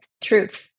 truth